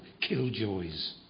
killjoys